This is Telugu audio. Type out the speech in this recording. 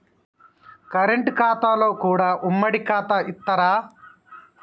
కరెంట్ ఖాతాలో కూడా ఉమ్మడి ఖాతా ఇత్తరా?